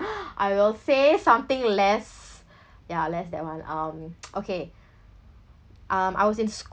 I will say something less ya less that one um okay um I was in